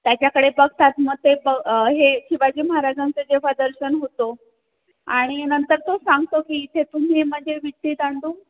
त्याच्याकडे बघतात मं ते ब हे शिवाजी महाराजांचं जेव्हा दर्शन होतो आणि नंतर तो सांगतो की इथे तुम्ही म्हणजे विटीदांडू